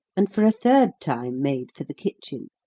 and for a third time made for the kitchen.